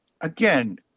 again